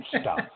Stop